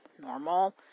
normal